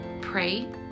pray